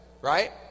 Right